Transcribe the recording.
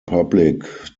public